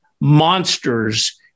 monsters